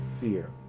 fear